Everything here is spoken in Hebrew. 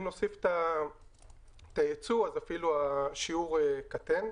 אם נוסיף את הייצוא אז השיעור קטן.